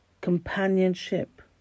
companionship